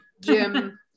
Jim